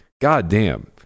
goddamn